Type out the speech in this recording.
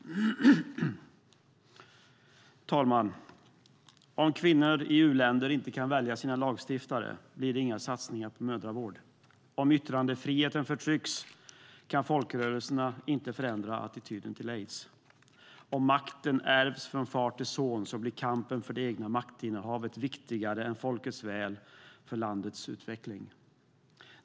Herr talman! Om kvinnor i u-länder inte kan välja sina lagstiftare blir det inga satsningar på mödravård. Om yttrandefriheten förtrycks kan folkrörelserna inte förändra attityden till aids. Om makten ärvs från far till son blir kampen för det egna maktinnehavet viktigare än folkets väl och landets utveckling.